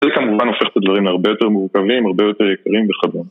זה כמובן הופך את הדברים להרבה יותר מורכבים, הרבה יותר יקרים וכדומה.